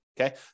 Okay